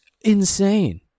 insane